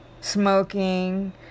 smoking